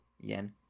Yen